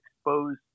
exposed